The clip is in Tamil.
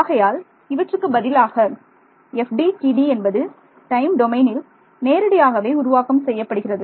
ஆகையால் இவற்றுக்குப் பதிலாக FDTD என்பது டைம் டொமைனில் நேரடியாகவே உருவாக்கம் செய்யப்படுகிறது